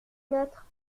notre